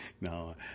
no